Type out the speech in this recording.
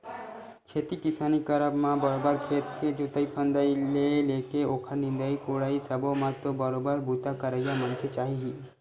खेती किसानी करब म बरोबर खेत के जोंतई फंदई ले लेके ओखर निंदई कोड़ई सब्बो म तो बरोबर बूता करइया मनखे चाही ही